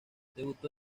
debutó